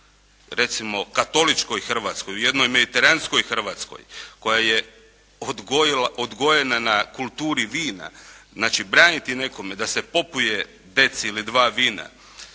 recimo katoličkoj Hrvatskoj, u jednoj mediteranskoj Hrvatskoj koja je odgojena na kulturi vina. Znači, braniti nekome da se popije deci ili dva vina